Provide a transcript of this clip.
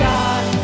God